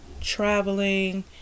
traveling